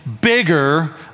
bigger